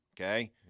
okay